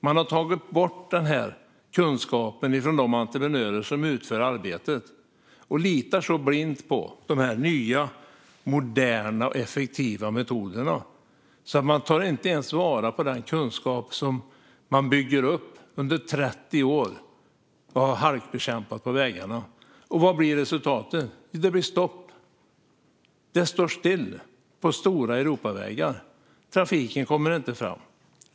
Man har tagit bort kunskapen hos de entreprenörer som utför arbetet, och litar blint på de nya, moderna och effektiva metoderna och tar inte ens vara på den kunskap som har byggts upp under 30 år av halkbekämpande på vägarna. Vad blir resultatet? Det blir stopp. Det står still på stora Europavägar. Trafiken kommer inte fram.